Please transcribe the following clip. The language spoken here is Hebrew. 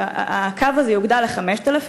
הקו הזה יוגדל ל-5,000,